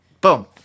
Boom